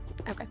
Okay